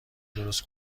درست